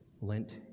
Lent